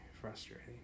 frustrating